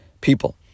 people